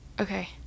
okay—